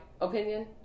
opinion